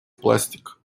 пластик